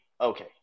okay